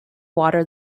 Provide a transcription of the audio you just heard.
water